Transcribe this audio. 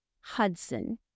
Hudson